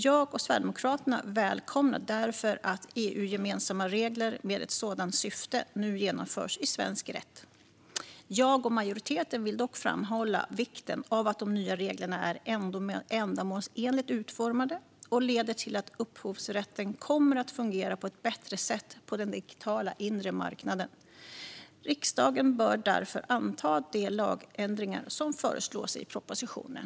Jag och Sverigedemokraterna välkomnar därför att EU-gemensamma regler med ett sådant syfte nu införs i svensk rätt. Jag och majoriteten vill dock framhålla vikten av att de nya reglerna är ändamålsenligt utformade och leder till att upphovsrätten kommer att fungera på ett bättre sätt på den digitala inre marknaden. Riksdagen bör därför anta de lagändringar som föreslås i propositionen.